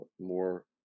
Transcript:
more